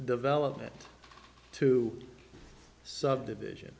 development to subdivision